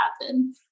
happen